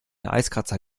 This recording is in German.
eiskratzer